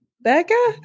Becca